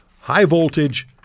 high-voltage